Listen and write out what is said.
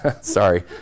sorry